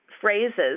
phrases